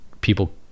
people